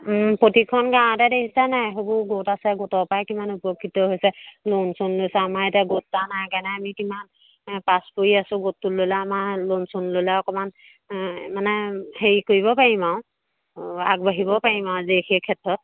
প্ৰতিখন গাঁৱতে দেখিছেনে নাই সেইবোৰ গোট আছে গোটৰ পৰাই কিমান উপকৃত হৈছে ল'ন চ'ন লৈছে আমাৰ এতিয়া গোট এটা নাই কাণে আমি কিমান পাছ পৰি আছোঁ গোটটো ল'লে আমাৰ ল'ন চ'ন ল'লে অকমান মানে হেৰি কৰিব পাৰিম আৰু আগবাঢ়িব পাৰিম আৰু যেই সেই ক্ষেত্ৰত